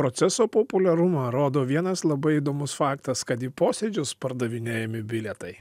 proceso populiarumą rodo vienas labai įdomus faktas kad į posėdžius pardavinėjami bilietai